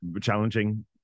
challenging